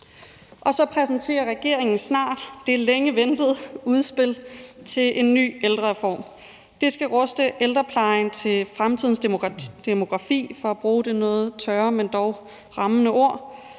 Og så præsenterer regeringen snart det længe ventede udspil til en ny ældrereform. Det skal ruste ældreplejen til fremtidens demografi, for at bruge det noget tørre, men dog rammende ord.